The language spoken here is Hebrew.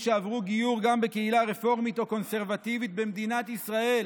שעברו גיור בקהילה רפורמית או קונסרבטיבית במדינת ישראל